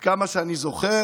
עד כמה שאני זוכר.